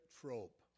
trope